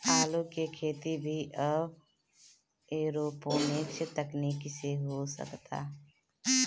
आलू के खेती भी अब एरोपोनिक्स तकनीकी से हो सकता